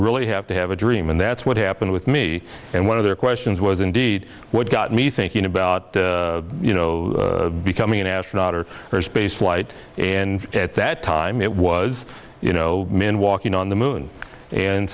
really have to have a dream and that's what happened with me and one of their questions was indeed what got me thinking about you know becoming an astronaut or space flight and at that time it was you know men walking on the moon and